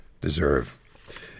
deserve